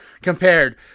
compared